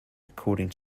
according